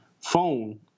phone